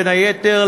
בין היתר,